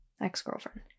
ex-girlfriend